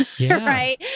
right